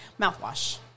mouthwash